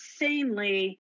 insanely